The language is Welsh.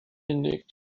unig